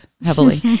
heavily